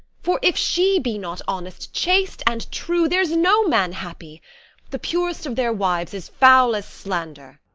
for if she be not honest, chaste and true, there's no man happy the purest of their wives is foul as slander.